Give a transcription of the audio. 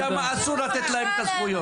שם אסור לתת להם את הזכויות.